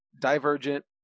Divergent